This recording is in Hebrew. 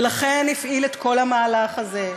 ולכן הפעיל את כל המהלך הזה.